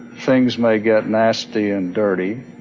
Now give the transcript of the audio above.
things may get nasty and dirty.